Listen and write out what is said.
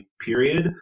period